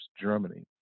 Germany